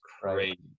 crazy